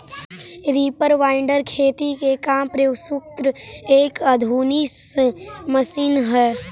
reaper binder खेती के काम में प्रयुक्त एक आधुनिक मशीन हई